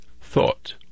thought